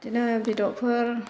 बेदिनो बेदरफोर